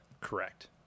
Correct